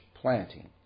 planting